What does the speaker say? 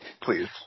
please